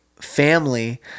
family